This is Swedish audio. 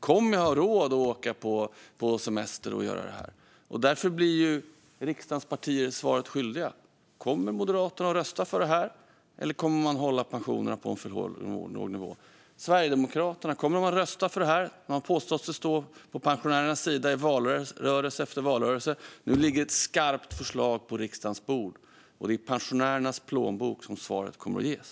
Kommer jag att ha råd att åka på semester och göra det här? Därför blir riksdagens partier svaret skyldiga. Kommer Moderaterna att rösta för detta, eller kommer man att hålla pensionerna på en för låg nivå? Kommer Sverigedemokraterna att rösta för detta? De har påstått sig stå på pensionärernas sida i valrörelse efter valrörelse. Nu ligger ett skarpt förslag på riksdagens bord. Det är i pensionärernas plånbok som svaret kommer att ges.